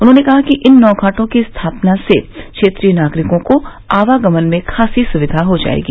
उन्होंने कहा कि इन नौघाटों की स्थापना से क्षेत्रीय नागरिकों को आवागमन में खासी सुविधा हो जायेगी